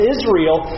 Israel